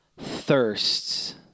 thirsts